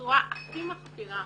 בצורה הכי מחפירה